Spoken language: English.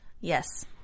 Yes